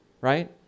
right